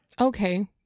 okay